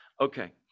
Okay